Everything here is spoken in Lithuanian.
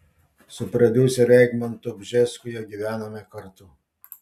su prodiuseriu egmontu bžesku jau gyvename kartu